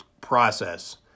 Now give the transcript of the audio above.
process